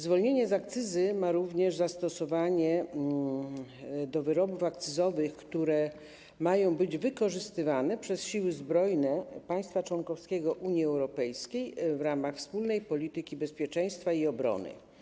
Zwolnienie z akcyzy ma również zastosowanie do wyrobów akcyzowych, które mają być wykorzystywane przez siły zbrojne państwa członkowskiego Unii Europejskiej w ramach wspólnej polityki bezpieczeństwa i obrony.